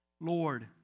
Lord